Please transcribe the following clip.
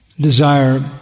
desire